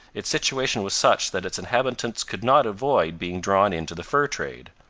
its situation was such that its inhabitants could not avoid being drawn into the fur trade.